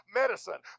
medicine